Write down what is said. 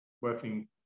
working